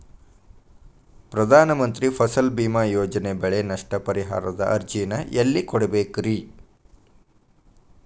ಪ್ರಧಾನ ಮಂತ್ರಿ ಫಸಲ್ ಭೇಮಾ ಯೋಜನೆ ಬೆಳೆ ನಷ್ಟ ಪರಿಹಾರದ ಅರ್ಜಿನ ಎಲ್ಲೆ ಕೊಡ್ಬೇಕ್ರಿ?